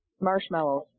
marshmallows